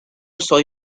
soy